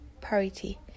parity